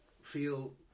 feel